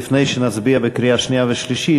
לפני שנצביע בקריאה שנייה ושלישית,